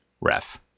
ref